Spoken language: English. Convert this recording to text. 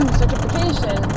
certification